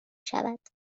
شود